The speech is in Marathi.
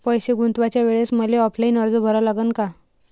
पैसे गुंतवाच्या वेळेसं मले ऑफलाईन अर्ज भरा लागन का?